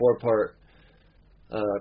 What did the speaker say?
four-part